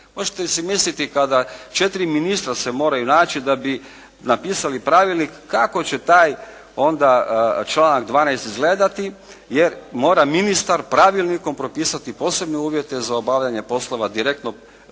Možete si misliti kada 4 ministra se moraju naći da bi napisali pravilnik, kako će onda taj članak 12. izgledati jer mora ministar pravilnikom propisati posebne uvjete za obavljanje poslova direktno …